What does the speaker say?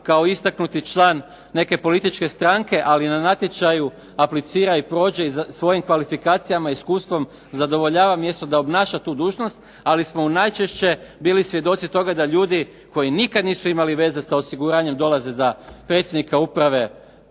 kao istaknuti član neke političke stranke, ali na natječaju aplicira i prođe, svojim kvalifikacijama i iskustvom zadovoljava mjesto da obnaša tu dužnost, ali smo najčešće bili svjedoci toga da ljudi koji nikad nisu imali veze sa osiguranjem dolaze za predsjednika uprave